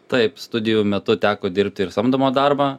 taip studijų metu teko dirbti ir samdomą darbą